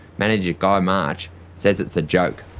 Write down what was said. manager guy march says it's a joke.